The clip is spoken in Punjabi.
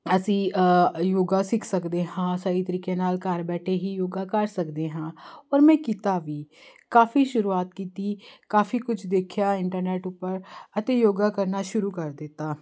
ਅਸੀਂ ਯੋਗਾ ਸਿੱਖ ਸਕਦੇ ਹਾਂ ਸਹੀ ਤਰੀਕੇ ਨਾਲ ਘਰ ਬੈਠੇ ਹੀ ਯੋਗਾ ਕਰ ਸਕਦੇ ਹਾਂ ਔਰ ਮੈਂ ਕੀਤਾ ਵੀ ਕਾਫੀ ਸ਼ੁਰੂਆਤ ਕੀਤੀ ਕਾਫੀ ਕੁਝ ਦੇਖਿਆ ਇੰਟਰਨੈਟ ਉਪਰ ਅਤੇ ਯੋਗਾ ਕਰਨਾ ਸ਼ੁਰੂ ਕਰ ਦਿੱਤਾ